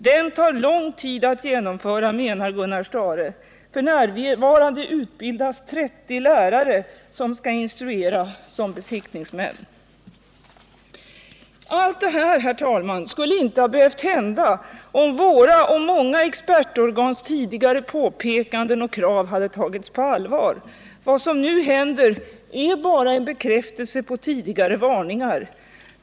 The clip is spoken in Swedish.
Den tar lång tid att genomföra, menar Gunnar Stahre. För närvarande utbildas 30 lärare som ska instruera som besiktningsmän.” Allt detta, herr talman, skulle inte ha behövt hända om våra och många expertorgans tidigare påpekanden och krav hade tagits på allvar. Vad som nu händer är bara en bekräftelse på tidigare varningar.